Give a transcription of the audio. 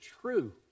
true